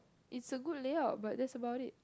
it's a good layout but that's about it